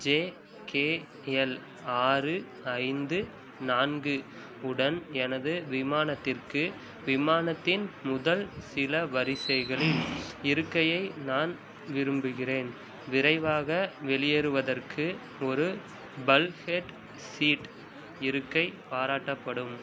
JKL ஆறு ஐந்து நான்கு உடன் எனது விமானத்திற்கு விமானத்தின் முதல் சில வரிசைகளில் இருக்கையை நான் விரும்புகிறேன் விரைவாக வெளியேறுவதற்கு ஒரு பல்க்ஹெட் சீட் இருக்கை பாராட்டப்படும்